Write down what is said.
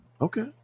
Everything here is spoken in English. Okay